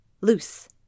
loose